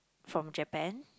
from Japan